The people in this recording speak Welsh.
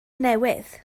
newydd